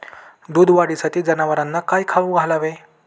दूध वाढीसाठी जनावरांना काय खाऊ घालावे?